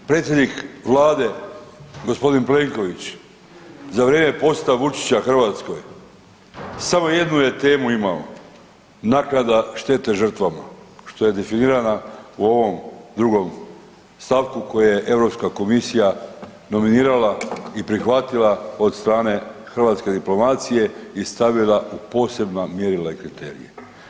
Predsjednik Vlade gospodin Plenković za vrijeme posjeta Vučića Hrvatskoj samo jednu je temu imao – naknada štete žrtvama što je definirana u ovom drugom stavku koje je Europska komisija nominirala i prihvatila od strane hrvatske diplomacije i stavila u posebna mjerila i kriterije.